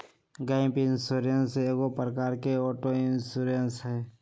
gap insurance एगो प्रकार के ऑटो इंश्योरेंस हइ